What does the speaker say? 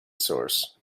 source